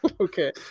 Okay